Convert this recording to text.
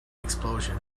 explosion